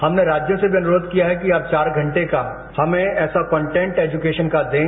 हमने राज्यों से भी अनुरोध किया है कि आप चार घंटे का हमें ऐसा कंटेन्ट एज्केशन का दें